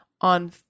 on